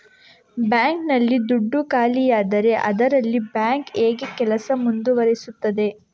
Bank ನಲ್ಲಿ ದುಡ್ಡು ಖಾಲಿಯಾದರೆ ಅದರಲ್ಲಿ ಬ್ಯಾಂಕ್ ಹೇಗೆ ಕೆಲಸ ಮುಂದುವರಿಸುತ್ತದೆ?